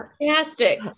Fantastic